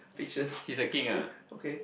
pictures okay